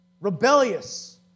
rebellious